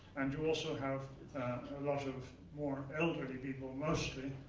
and you also have a lot of more elderly people, mostly,